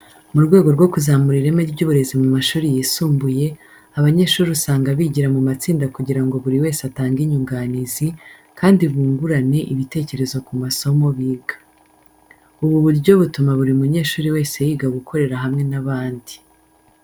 Mu rwego rwo kuzamura ireme ry'uburezi mu mashuri yisumbuye, abanyeshuri usanga bigira mu matsinda kugira ngo buri wese atange inyunganizi, kandi bungurane ibitekerezo ku masomo biga. Ubu buryo butuma buri munyeshuri wese yiga gukorera hamwe n'abandi.